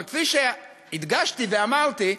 אבל כפי שהדגשתי ואמרתי,